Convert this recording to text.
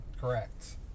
Correct